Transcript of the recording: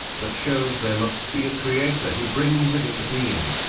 that shows there must be a creator who brings it into being.